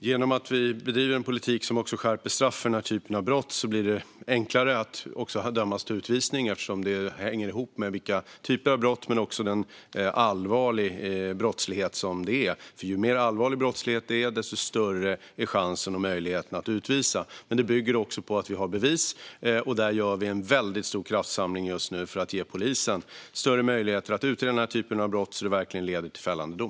Herr talman! Genom att vi bedriver en politik som skärper straffen för denna typ av brott blir det enklare att döma till utvisning, eftersom det hänger ihop med typen av brott men också med hur allvarligt brottet är. Ju allvarligare brottet är, desto större är chansen och möjligheten att utvisa. Men det bygger också på att vi har bevis, och där gör vi just nu en väldigt stor kraftsamling för att ge polisen större möjligheter att utreda denna typ av brott så att det verkligen leder till fällande dom.